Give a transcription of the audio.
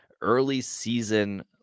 early-season